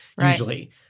usually